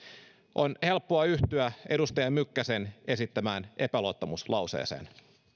on helppoa yhtyä edustaja mykkäsen esittämään epäluottamuslauseeseen